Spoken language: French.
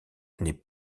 n’est